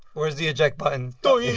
where's the eject button? so yeah.